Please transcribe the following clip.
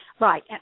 Right